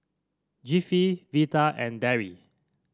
Jeffie Vidal and Darry